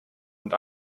und